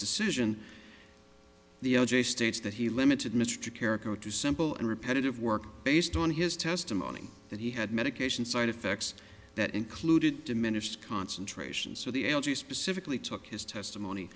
decision the o j states that he limited mr character to simple and repetitive work based on his testimony that he had medication side effects that included diminished concentration so the l g specifically took his testimony